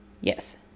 Yes